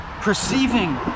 perceiving